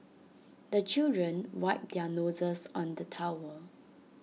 the children wipe their noses on the towel